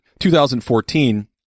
2014